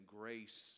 grace